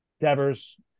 Devers